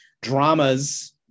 dramas